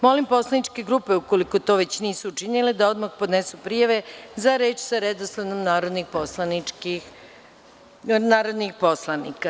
Molim poslaničke grupe ukoliko to već nisu učinile da odmah podnesu prijave, za reč sa redosledom narodnih poslanika.